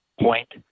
point